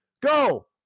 Go